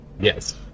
Yes